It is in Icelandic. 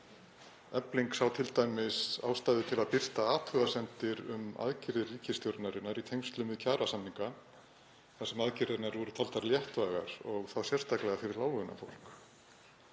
Efling sá t.d. ástæðu til að birta athugasemdir um aðgerðir ríkisstjórnarinnar í tengslum við kjarasamninga þar sem aðgerðirnar voru taldar léttvægar og þá sérstaklega fyrir láglaunafólk.